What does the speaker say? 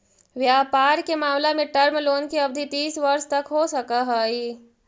व्यापार के मामला में टर्म लोन के अवधि तीस वर्ष तक हो सकऽ हई